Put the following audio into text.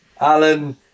Alan